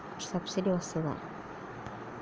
Subsidy వస్తదా?